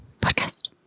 Podcast